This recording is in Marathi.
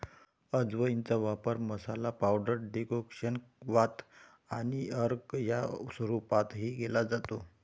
अजवाइनचा वापर मसाला, पावडर, डेकोक्शन, क्वाथ आणि अर्क या स्वरूपातही केला जातो